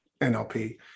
NLP